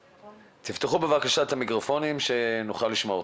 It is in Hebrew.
תפתחו, בבקשה, את המיקרופונים שנוכל לשמוע אתכם.